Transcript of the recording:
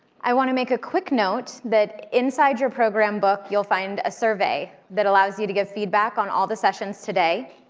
i want to make a quick note that inside your program book, you'll find a survey that allows you to give feedback on all the sessions today.